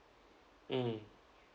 mm